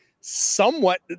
somewhat